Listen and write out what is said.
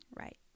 Right